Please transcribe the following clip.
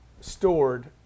stored